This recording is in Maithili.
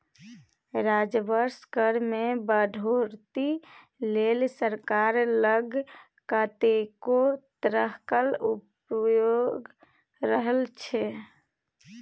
राजस्व कर मे बढ़ौतरी लेल सरकार लग कतेको तरहक उपाय रहय छै